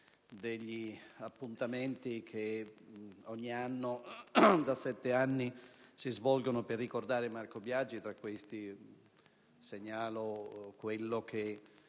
degli appuntamenti che ogni anno da sette anni a questa parte si svolgono per ricordare Marco Biagi. Tra questi segnalo quello che